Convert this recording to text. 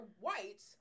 white